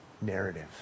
narrative